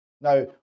Now